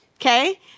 okay